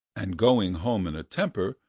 and, going home in a temper,